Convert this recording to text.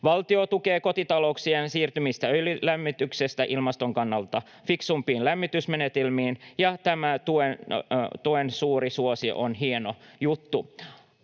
Valtio tukee kotitalouksien siirtymistä öljylämmityksestä ilmaston kannalta fiksumpiin lämmitysmenetelmiin, ja tämän tuen suuri suosio on hieno juttu.